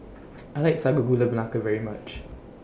I like Sago Gula Melaka very much